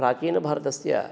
प्राचीनभारतस्य